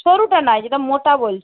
সরুটা নয় যেটা মোটা বলছি